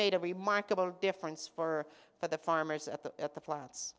made a remarkable difference for for the farmers at the at the plants